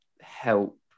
help